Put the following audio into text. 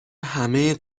همه